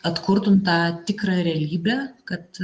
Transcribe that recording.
atkurtum tą tikrą realybę kad